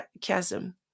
chasm